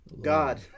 God